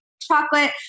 chocolate